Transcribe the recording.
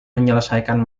menyelesaikan